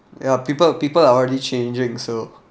ya people people are already changing so